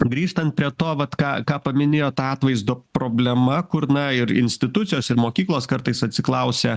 grįžtant prie to vat ką ką paminėjot ta atvaizdo problema kur na ir institucijos ir mokyklos kartais atsiklausia